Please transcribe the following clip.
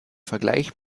vergleich